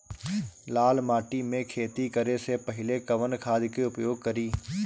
लाल माटी में खेती करे से पहिले कवन खाद के उपयोग करीं?